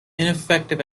ineffective